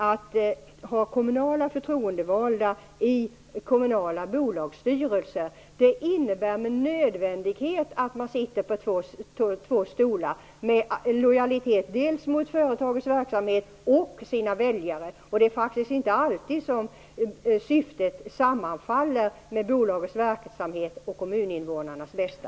Att ha kommunala förtroendevalda i kommunala bolagsstyrelser innebär med nödvändighet att man sitter på två stolar. Man har lojalitet dels mot företagets verksamhet, dels mot sina väljare. Det är faktiskt inte alltid som syftet med bolagets verksamhet sammanfaller med kommuninnevånarnas bästa.